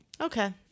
Okay